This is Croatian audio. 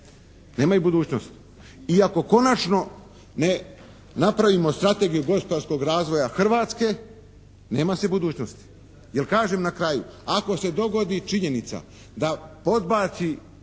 Nemaju budućnost. I ako konačno ne napravimo strategiju gospodarskog razvoja Hrvatske nema se budućnosti. Jer kažem na kraju, ako se dogodi činjenica da podbaci